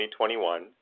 2021